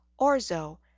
orzo